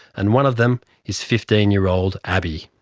and one of them is fifteen year old abbey.